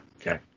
Okay